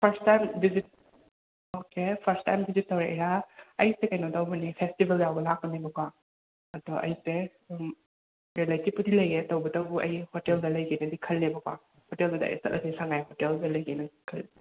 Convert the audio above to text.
ꯐꯔꯁ time visit okay first time visit ꯇꯧꯔꯛꯏꯔꯥ ꯑꯩꯁꯦ ꯀꯩꯅꯣ ꯇꯧꯕꯅꯦ ꯐꯦꯁꯇꯤꯕꯜ ꯌꯥꯎꯕ ꯂꯥꯛꯄꯅꯦꯕꯀꯣ ꯑꯗꯣ ꯑꯩꯁꯦ ꯔꯤꯂꯦꯇꯤꯞꯄꯨꯗꯤ ꯂꯩꯌꯦ ꯇꯧꯕꯇꯕꯨ ꯑꯩ ꯍꯣꯇꯦꯜꯗ ꯂꯩꯒꯦꯅꯗꯤ ꯈꯜꯂꯦꯕꯀꯣ ꯍꯣꯇꯦꯜꯗꯨꯗ ꯑꯩ ꯆꯠꯂꯁꯦ ꯁꯉꯥꯏ ꯍꯣꯇꯦꯜꯗ ꯂꯩꯒꯦꯅ ꯈꯜꯂꯦ